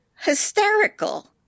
hysterical